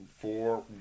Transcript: four